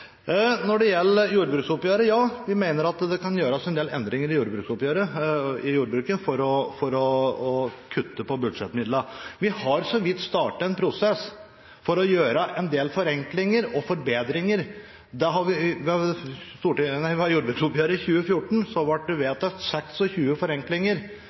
Når det gjelder jordbruksoppgjøret: Ja, vi mener at det kan gjøres en del endringer i jordbruket for å kutte på budsjettmidlene. Vi har så vidt startet en prosess for å gjøre en del forenklinger og forbedringer. Ved jordbruksoppgjøret i 2014 ble det vedtatt 26 forenklinger.